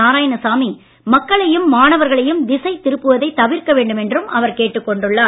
நாராயணசாமி மக்களையும் மாணவர்களையும் திசை திருப்புவதைத் தவிர்க்க வேண்டும் என்றும் கேட்டுக் கொண்டுள்ளார்